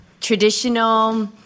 traditional